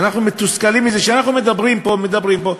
ואנחנו מתוסכלים מזה שאנחנו מדברים פה ומדברים פה.